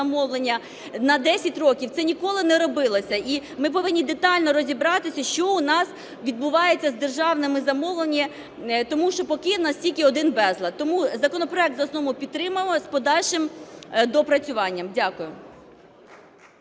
замовлення. На 10 років це ніколи не робилося. І ми повинні детально розібратися, що у нас відбувається з державними замовленнями, тому що поки у нас тільки один безлад. Тому законопроект за основу підтримуємо з подальшим доопрацюванням. Дякую.